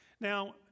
Now